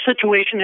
situation